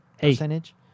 percentage